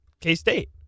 K-State